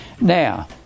Now